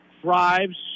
thrives